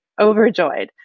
overjoyed